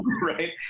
Right